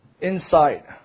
insight